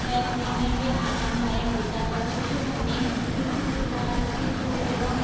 बैठने में भी आरामदायक होता है जिससे हमें किसी प्रकार की चोट एवं